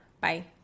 Bye